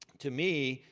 to me,